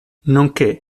nonché